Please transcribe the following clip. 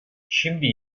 şimdi